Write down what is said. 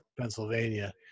Pennsylvania